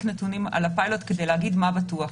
נתונים על הפיילוט כדי להגיד מה בטוח.